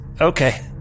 Okay